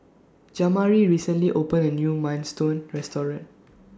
Jamari recently opened A New Minestrone Restaurant